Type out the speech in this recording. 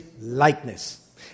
likeness